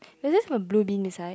is this a blue bean inside